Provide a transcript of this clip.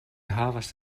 havas